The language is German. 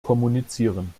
kommunizieren